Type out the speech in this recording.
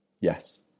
Yes